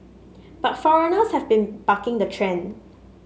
but foreigners have been bucking the trend